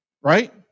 right